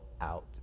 out